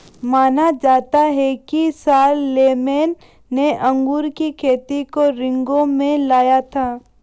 माना जाता है कि शारलेमेन ने अंगूर की खेती को रिंगौ में लाया था